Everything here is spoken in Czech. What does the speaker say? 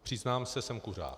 Přiznám se, jsem kuřák.